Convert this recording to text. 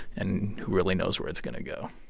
and who really knows where it's going to go?